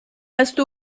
reste